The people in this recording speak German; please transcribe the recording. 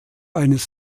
eines